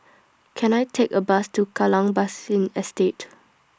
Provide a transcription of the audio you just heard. Can I Take A Bus to Kallang Basin Estate